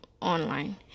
online